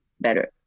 better